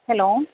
hello